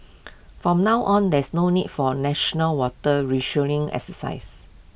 for now on there is no need for national water rationing exercises